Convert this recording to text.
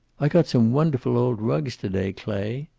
i got some wonderful old rugs to-day, clay.